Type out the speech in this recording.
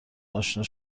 آشنا